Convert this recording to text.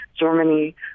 Germany